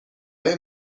های